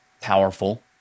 powerful